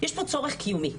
יש פה צורך קיומי.